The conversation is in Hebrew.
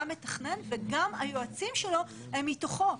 גם מתכנן וגם היועצים שלו הם מתוכו,